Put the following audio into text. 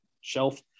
shelf